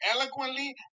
eloquently